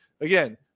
again